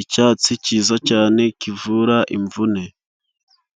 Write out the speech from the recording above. icyatsi cyiza cyane kivura imvune.